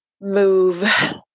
move